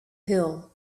hill